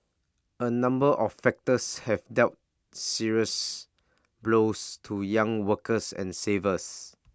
A number of factors have dealt serious blows to young workers and savers